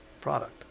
product